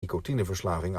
nicotineverslaving